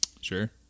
Sure